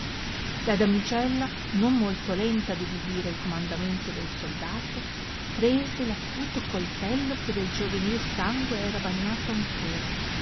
la damigella non molto lenta ad ubidire il comandamento del soldano prese l acuto coltello che del giovenil sangue era bagnato ancora